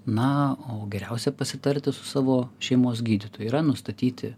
na o geriausia pasitarti su savo šeimos gydytoju yra nustatyti